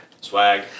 Swag